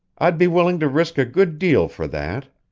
i'd be willing to risk a good deal for that.